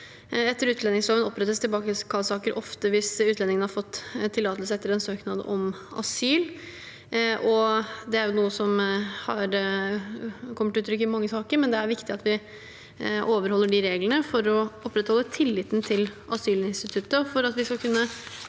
Etter utlendingsloven opprettes tilbakekallssaker ofte hvis utlendingen har fått tillatelse etter en søknad om asyl, og det er jo noe som kommer til uttrykk i mange saker. Det er viktig at vi overholder de reglene for å opprettholde tilliten til asylinstituttet. For at vi skal kunne